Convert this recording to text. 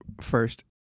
First